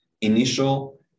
initial